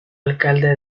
alcalde